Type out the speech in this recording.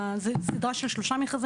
סדרה של שלושה מכרזים,